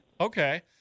Okay